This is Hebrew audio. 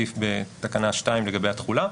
בתקנה 2 לגבי התחולה,